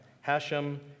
Hashem